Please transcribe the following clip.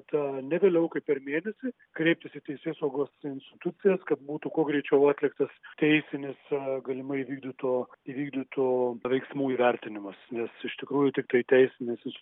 kad ne vėliau kaip per mėnesį kreiptis į teisėsaugos institucijas kad būtų kuo greičiau atliktas teisinis galimai įvykdytų įvykdytų veiksmų įvertinimas nes iš tikrųjų tiktai teisinis jis